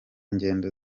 ngendo